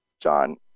John